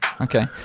Okay